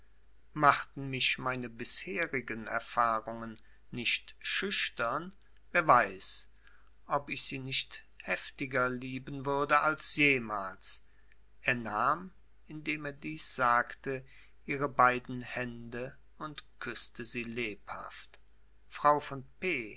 machten mich meine bisherigen erfahrungen nicht schüchtern wer weiß ob ich sie nicht heftiger lieben würde als jemals er nahm indem er dies sagte ihre beiden hände und küßte sie lebhaft frau von p